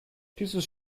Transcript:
dieses